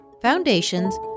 foundations